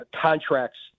contracts